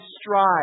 strive